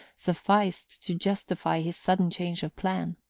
sufficed to justify his sudden change of plan.